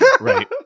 Right